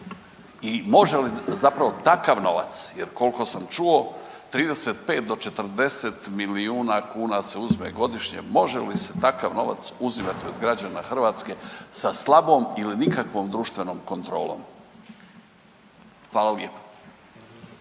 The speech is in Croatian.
i može li zapravo takav novac, jer koliko sam čuo 35 do 40 milijuna kuna se uzme godišnje, može li se takav novac uzimati od građana Hrvatske sa slabom ili nikakvom društvenom kontrolom? Hvala lijepo.